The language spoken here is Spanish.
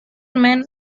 men